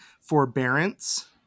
forbearance